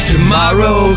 Tomorrow